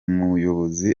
muyobozi